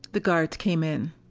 the guards came in.